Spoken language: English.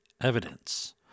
evidence